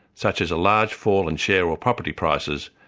such as a large fall in share or property prices,